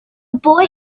boy